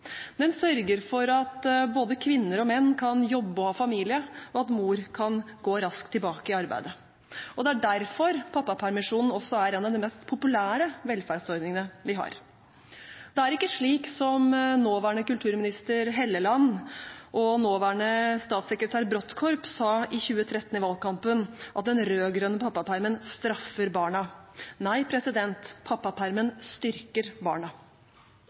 Den sørger for at både kvinner og menn kan jobbe og ha familie, og at mor kan gå raskt tilbake i arbeid. Det er derfor pappapermisjonen også er en av de mest populære velferdsordningene vi har. Det er ikke slik, som nåværende kulturminister Hofstad Helleland og nåværende statssekretær Brodtkorb sa i valgkampen i 2013, at den rød-grønne pappapermen straffer barna. Nei, pappapermen styrker barna.